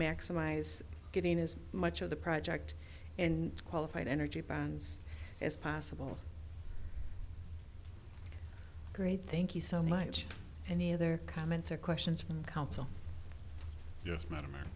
maximize getting as much of the project and qualified energy bands as possible great thank you so much any other comments or questions from counsel yes m